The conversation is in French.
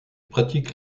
pratique